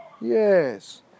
Yes